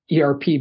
ERP